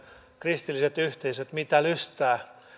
kristilliset yhteisöt mitä lystäävät